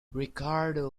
ricardo